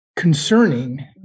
Concerning